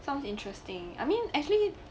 sounds interesting I mean actually